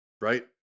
Right